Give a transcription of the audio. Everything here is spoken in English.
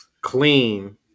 clean